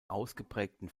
ausgeprägten